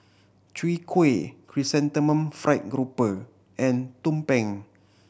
Chwee Kueh Chrysanthemum Fried Grouper and tumpeng